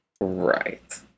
Right